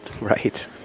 Right